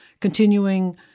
continuing